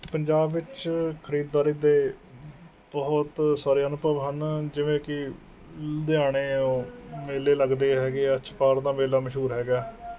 ਪੰਜਾਬ ਵਿੱਚ ਖਰੀਦਦਾਰੀ ਦੇ ਬਹੁਤ ਸਾਰੇ ਅਨੁਭਵ ਹਨ ਜਿਵੇਂ ਕਿ ਲੁਧਿਆਣੇ ਉਹ ਮੇਲੇ ਲੱਗਦੇ ਹੈਗੇ ਆ ਛਪਾਰ ਦਾ ਮੇਲਾ ਮਸ਼ਹੂਰ ਹੈਗਾ